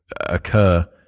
occur